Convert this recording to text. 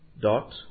dot